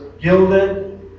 gilded